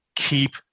keep